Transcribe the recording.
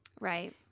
Right